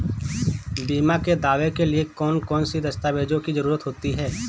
बीमा के दावे के लिए कौन कौन सी दस्तावेजों की जरूरत होती है?